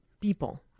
people